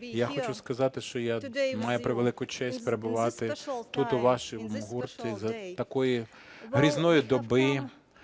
Я хочу сказати, що я маю превелику честь перебувати тут, у вашому ґурті, за такої грізної доби